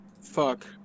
Fuck